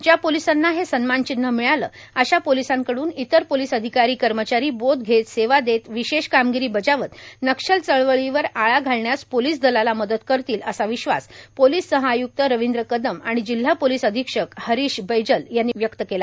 ज्या पोलिसाना हे सन्मान चिन्ह मिळालं अशा पोलिसांकडून इतर पोलीस अधिकारी कर्मचारी बोध घेत सेवा देत विशेष कामगिरी बजावत नक्षल चळवळीवर आळा घालण्यास पोलीस दलाला मदत करतील असा विश्वास पोलीस सह आय्क्त रवींद्र कदम आणि जिल्हा पोलिस अधीक्षक हरीश बैजल यांनी व्यक्त केला